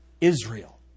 Israel